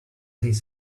his